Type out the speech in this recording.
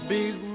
Big